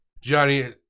Johnny